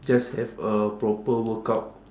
just have a proper workout